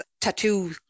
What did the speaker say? tattoo